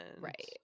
Right